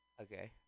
Okay